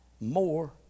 more